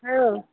hello